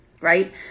Right